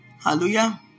Hallelujah